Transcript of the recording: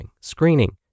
screening